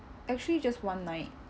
actually just one night